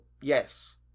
yes